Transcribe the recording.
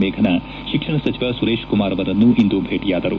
ಮೇಘನಾ ಶಿಕ್ಷಣ ಸಚಿವ ಸುರೇಶ್ ಕುಮಾರ್ ಅವರನ್ನು ಇಂದು ಭೇಟಿಯಾದರು